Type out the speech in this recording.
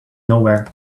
nowhere